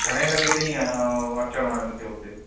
घणे लॻे ताईं अचणो आहे मूंखे हुते